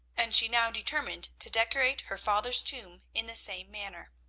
and she now determined to decorate her father's tomb in the same manner.